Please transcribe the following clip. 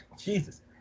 Jesus